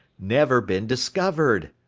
never been discovered.